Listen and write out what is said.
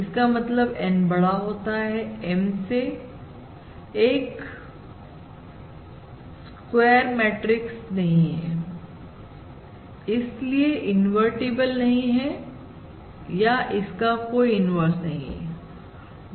इसका मतलब N बड़ा होता है M से एक स्क्वायर मैट्रिक्स नहीं है इसलिए इनवर्टिबल नहीं है या इसका कोई इन्वर्स नहीं है